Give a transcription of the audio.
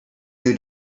new